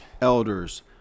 elders